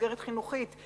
מסגרת חינוכית,